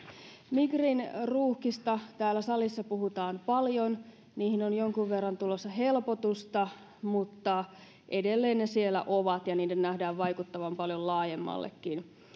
migrin ruuhkista täällä salissa puhutaan paljon niihin on jonkun verran tulossa helpotusta mutta edelleen ne siellä ovat ja niiden nähdään vaikuttavan paljon laajemmallekin